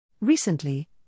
Recently